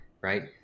Right